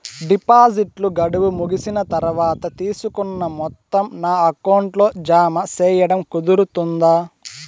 డిపాజిట్లు గడువు ముగిసిన తర్వాత, తీసుకున్న మొత్తం నా అకౌంట్ లో జామ సేయడం కుదురుతుందా?